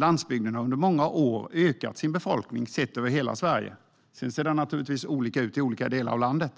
Landsbygden har under många år ökat sin befolkning sett över hela Sverige. Sedan ser det naturligtvis olika ut i olika delar av landet.